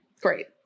Great